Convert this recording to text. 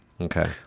okay